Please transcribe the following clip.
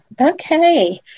Okay